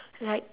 like